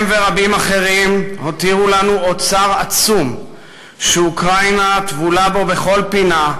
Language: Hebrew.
הם ורבים אחרים הותירו לנו אוצר עצום שאוקראינה טבולה בו בכל פינה,